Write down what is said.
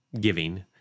giving